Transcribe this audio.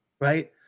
right